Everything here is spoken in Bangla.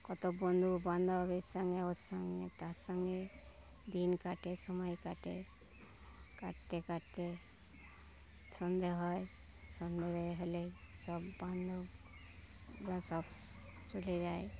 কত বন্ধুবান্ধব এর সঙ্গে ওর সঙ্গে তার সঙ্গে দিন কাটে সময় কাটে কাটতে কাটতে সন্ধে হয় সন্ধে এ হলে সব বান্ধবরা সব চলে যায়